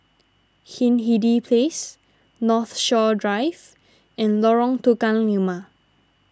Hindhede Place Northshore Drive and Lorong Tukang Lima